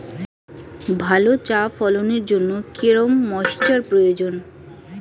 ভালো চা ফলনের জন্য কেরম ময়স্চার প্রয়োজন?